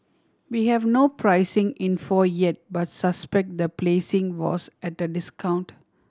we have no pricing info yet but suspect the placing was at a discount